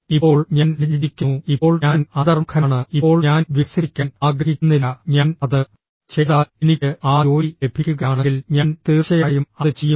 ഇപ്പോൾ ഞാൻ ലജ്ജിക്കുന്നു ഇപ്പോൾ ഞാൻ അന്തർമുഖനാണ് ഇപ്പോൾ ഞാൻ വികസിപ്പിക്കാൻ ആഗ്രഹിക്കുന്നില്ല ഞാൻ അത് ചെയ്താൽ എനിക്ക് ആ ജോലി ലഭിക്കുകയാണെങ്കിൽ ഞാൻ തീർച്ചയായും അത് ചെയ്യും